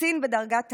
קצין בדרגת אלוף,